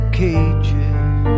cages